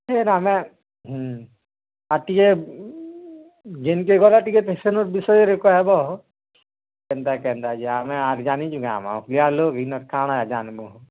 ଫେର୍ ଆମେ ଉଁ ଆର୍ ଟିକେ ଯେନ୍କେ ଗଲେ ଟିକେ ସେନ ବିଷୟରେ କହେବ କେନ୍ତା କେନ୍ତା ଯେ ଆମେ ଆର୍ ଜାନିଛୁଁ କାଏଁ ଆମେ ଅକ୍ଲିଆ ଲୋକ୍ ଇନର୍ କା'ଣା ହେଲେ ଜାନ୍ମୁ